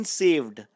saved